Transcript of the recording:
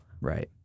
right